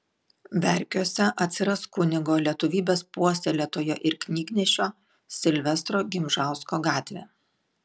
verkiuose atsiras kunigo lietuvybės puoselėtojo ir knygnešio silvestro gimžausko gatvė